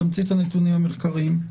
תמצית הנתונים המחקריים.